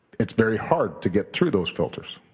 it's very hard to get through those filters.